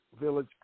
Village